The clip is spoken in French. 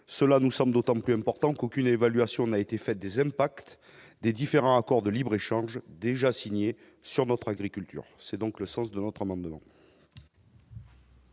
cela, nous sommes d'autant plus important qu'aucune évaluation n'a été faite des impacts des différents accords de libre-échange déjà signé sur notre agriculture, c'est donc le sens de notre amendement.